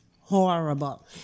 horrible